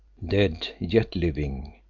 dead yet living,